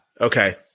Okay